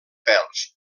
pèls